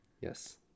yes